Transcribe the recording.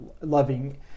loving